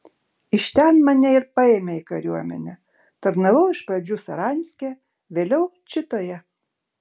iš ten mane ir paėmė į kariuomenę tarnavau iš pradžių saranske vėliau čitoje